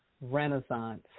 renaissance